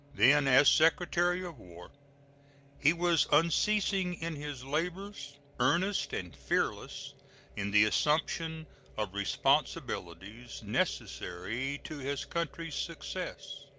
then as secretary of war he was unceasing in his labors, earnest and fearless in the assumption of responsibilities necessary to his country's success,